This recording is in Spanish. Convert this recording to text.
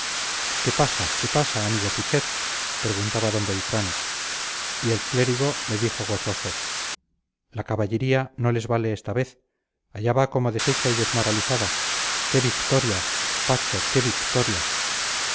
qué pasa qué pasa amigo putxet preguntaba don beltrán y el clérigo le dijo gozoso la caballería no les vale esta vez allá va como deshecha y desmoralizada qué victoria pacho qué victoria